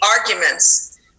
arguments